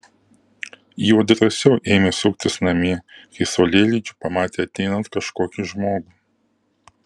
jau drąsiau ėmė suktis namie kai saulėlydžiu pamatė ateinant kažkokį žmogų